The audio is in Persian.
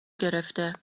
گرفته